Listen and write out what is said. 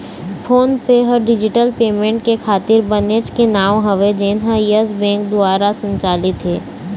phone पे ह digital payment के खातिर बनेच के नांव हवय जेनहा यस बेंक दुवार संचालित हे